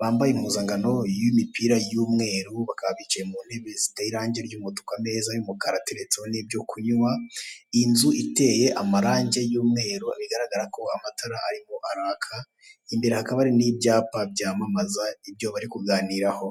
bambaye impuzangano y'imipira y'umweru, bakaba bicaye mu ntebe ziteye irange ry'umutuku, ameza y'umukara ateretseho n'ibyo kunywa. Inzu iteye amarange y'umweru bigaragara ko amatara arimo araka, imbere hakaba hari n'ibyapa byamamaza ibyo bari kuganiraho.